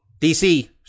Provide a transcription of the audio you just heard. DC